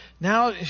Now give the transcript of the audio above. Now